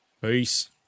Peace